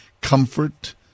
comfort